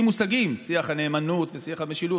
מושגים: "שיח הנאמנות" ו"שיח המשילות".